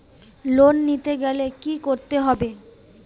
Loan নিতে গেলে কি করতে হবে?